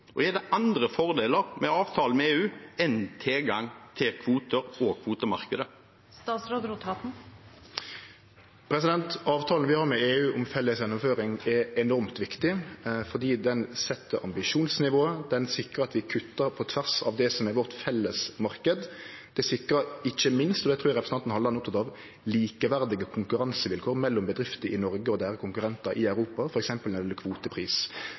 Og er det andre fordeler med avtalen med EU enn tilgang til kvoter og kvotemarkedet? Avtalen vi har med EU om felles gjennomføring, er enormt viktig, for han set ambisjonsnivået, han sikrar at vi kuttar på tvers av det som er vår felles marknad. Det sikrar ikkje minst – og det trur eg representanten Halleland er oppteken av – likeverdige konkurransevilkår mellom bedrifter i Noreg og deira konkurrentar i Europa, f.eks. når det gjeld kvotepris.